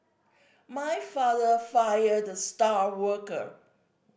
my father fired the star worker